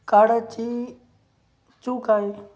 काळाची चूक आहे